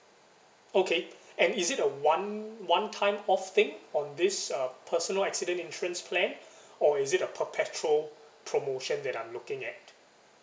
okay and is it a one one time off thing on this uh personal accident insurance plan or is it a perpetual promotion that I'm looking at